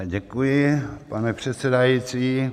Děkuji, pane předsedající.